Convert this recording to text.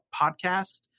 podcast